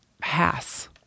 pass